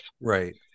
Right